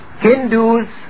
Hindus